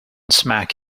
smack